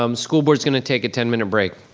um school board's gonna take a ten minute break